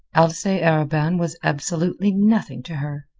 alcee arobin was absolutely nothing to her.